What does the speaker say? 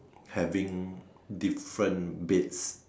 having different baits